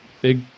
big